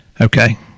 Okay